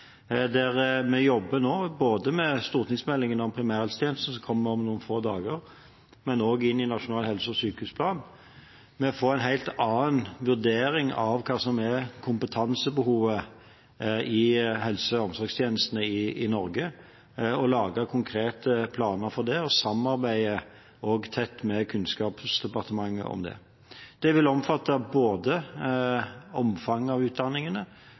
der vi nå jobber med både stortingsmeldingen om primærhelsetjenesten, som kommer om noen få dager, og en nasjonal helse- og sykehusplan. Vi får en helt annen vurdering av hva som er kompetansebehovet i helse- og omsorgstjenestene i Norge, lager konkrete planer for det og samarbeider også tett med Kunnskapsdepartementet om det. Det vil omfatte både omfanget av utdanningene